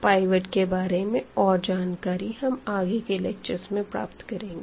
pivot के बारे में और जानकारी हम आगे के लेक्चर्स में प्राप्त करेंगे